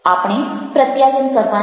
આપણે પ્રત્યાયન કરવાનું છે